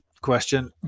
question